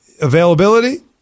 availability